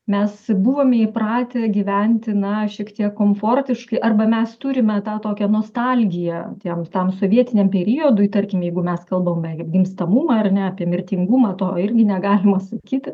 mes buvome įpratę gyventi na šiek tiek komfortiškai arba mes turime tą tokią nostalgiją tiem tam sovietiniam periodui tarkim jeigu mes kalbame gimstamumą ar ne apie mirtingumą to irgi negalima sakyti